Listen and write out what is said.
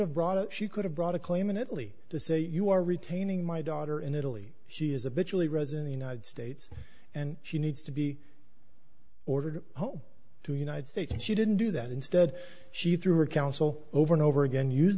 have brought it she could have brought a claim in italy to say you are retaining my daughter in italy she is a bitch really rezan the united states and she needs to be ordered home to united states and she didn't do that instead she threw her counsel over and over again use